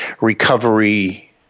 recovery